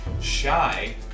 Shy